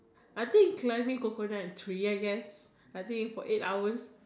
I think climbing crocodile and tree I guess I think for eight hours